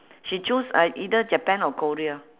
she choose uh either japan or korea